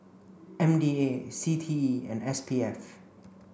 M D A C T E and S P F